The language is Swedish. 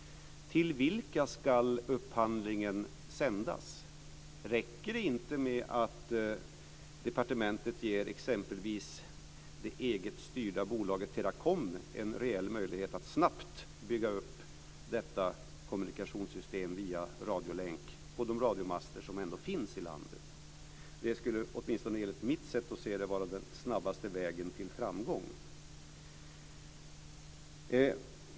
Till vilka ska upphandlingen sändas? Räcker det inte med att departementet ger exempelvis det eget styrda bolaget Teracom en reell möjlighet att snabbt bygga upp detta kommunikationssystem via radiolänk på de radiomaster som ändå finns i landet? Det skulle åtminstone enligt mitt sätt att se det vara den snabbaste vägen till framgång.